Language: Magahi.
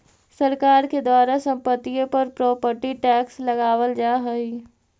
सरकार के द्वारा संपत्तिय पर प्रॉपर्टी टैक्स लगावल जा हई